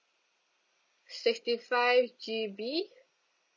sixty five G_B